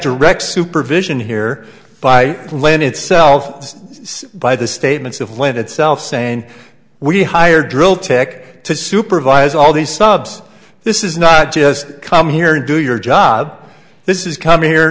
direct supervision here by plane itself by the statements of lent itself saying we hire drill tick to supervise all the subs this is not just come here do your job this is come here